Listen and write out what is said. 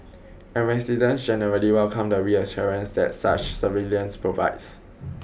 and residents generally welcome the reassurance that such surveillance provides